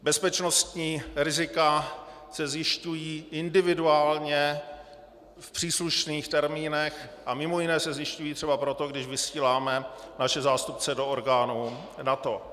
Bezpečnostní rizika se zjišťují individuálně v příslušných termínech a mimo jiné se třeba zjišťují proto, když vysíláme naše zástupce do orgánů NATO.